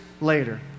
later